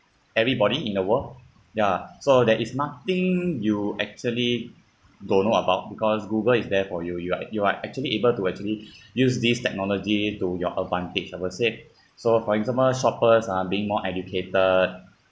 everybody in the world ya so that is nothing you actually don't know about because Google is there for you you are you are actually able to actually use this technology to your advantage I would say so for example shoppers are being more educated